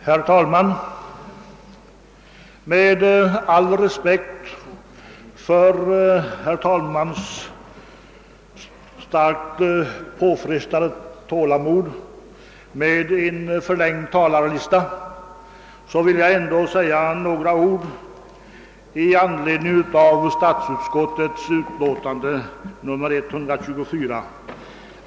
Herr talman! Med all respekt för att herr talmannens tålamod är starkt påfrestat med anledning av en förlängd talarlista vill jag ändå säga några ord beträffande statsutskottets utlåtande nr 124.